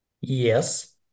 Yes